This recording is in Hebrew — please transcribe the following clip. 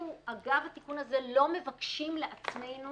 אנחנו אגב התיקון הזה לא מבקשים לעצמנו